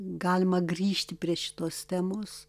galima grįžti prie šitos temos